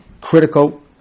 critical